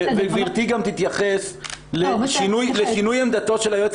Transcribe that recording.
גבירתי גם תתייחס לשינוי עמדתו של היועץ